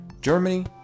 Germany